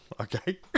Okay